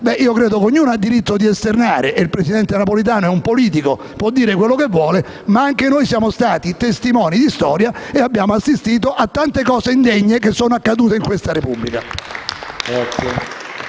Credo che ognuno abbia diritto di esternare il proprio pensiero: il presidente Napolitano è un politico e può dire quello che vuole, ma anche noi siamo stati testimoni di storia e abbiamo assistito a tante cose indegne che sono accadute in questa Repubblica.